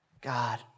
God